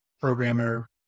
programmer